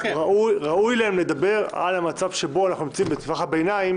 ראוי להם לדבר על המצב שבו אנחנו נמצאים בטווח הביניים